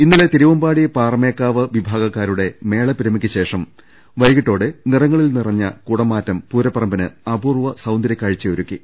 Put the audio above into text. ഇന്നലെ തിരുവമ്പാടി പാറമേക്കാവ് വിഭാഗക്കാരുടെ മേള പ്പെരു മക്ക് ശേഷം വൈകീട്ടോടെ നിറങ്ങളിൽ നിറഞ്ഞ കൂടമാറ്റം പൂരപ്പറ മ്പിന് അപൂർവ്വ സൌന്ദരൃകാഴ്ച്ചയൊരുക്കി